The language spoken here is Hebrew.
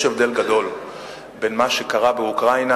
יש הבדל גדול בין מה שקרה באוקראינה,